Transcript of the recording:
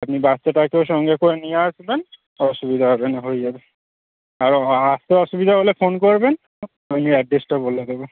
আপনি বাচ্চাটাকেও সঙ্গে করে নিয়ে আসবেন অসুবিধা হবে না হয়ে যাবে আর আসতে অসুবিধা হলে ফোন করবেন আমি এড্ড্রেসটা বলে দেবো